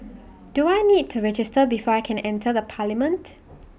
do I need to register before I can enter the parliament